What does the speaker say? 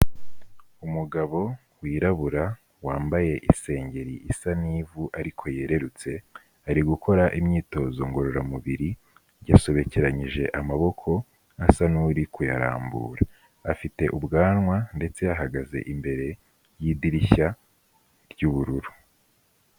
Umugabo wirabura wambaye isengeri isa n'ivu ariko yererutse, ari gukora imyitozo ngororamubiri yasobekeranyije amaboko, asa n'uri kuyarambura, afite ubwanwa ndetse ahagaze imbere y'idirishya ry'ubururu.